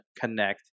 connect